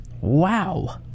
Wow